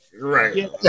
Right